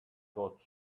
dots